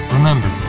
Remember